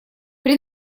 при